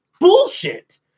bullshit